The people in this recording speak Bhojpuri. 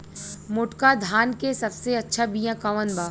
मोटका धान के सबसे अच्छा बिया कवन बा?